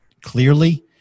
clearly